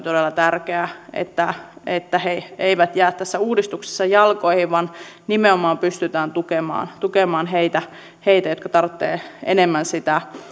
todella tärkeää että että he eivät jää tässä uudistuksessa jalkoihin vaan nimenomaan pystytään tukemaan tukemaan heitä heitä jotka tarvitsevat enemmän sitä